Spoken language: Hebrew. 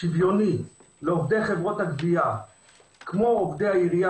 שוויוני לעובדי חברות הגבייה כמו עובדי העירייה